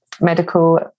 medical